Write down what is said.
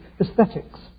aesthetics